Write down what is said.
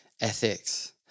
ethics